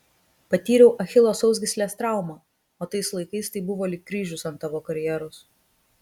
patyriau achilo sausgyslės traumą o tais laikais tai buvo lyg kryžius ant tavo karjeros